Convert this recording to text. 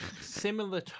Similar